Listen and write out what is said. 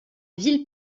ville